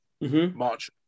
March